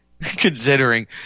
considering